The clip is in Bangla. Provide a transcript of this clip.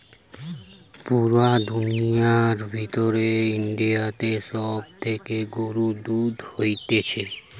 পুরা দুনিয়ার ভিতর ইন্ডিয়াতে সব থেকে গরুর দুধ হতিছে